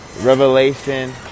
revelation